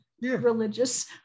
religious